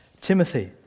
Timothy